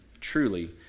truly